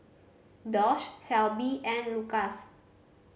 Doss Shelby and Lucas